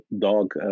dog